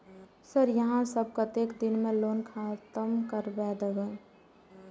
Sir यहाँ सब कतेक दिन में लोन खत्म करबाए देबे?